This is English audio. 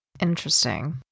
interesting